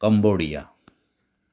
Cambodia